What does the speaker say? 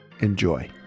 Enjoy